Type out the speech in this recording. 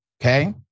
Okay